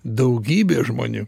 daugybė žmonių